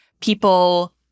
people